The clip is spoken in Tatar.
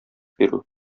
бирү